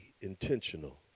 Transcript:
intentional